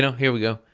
here we go.